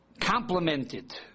complemented